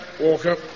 Walker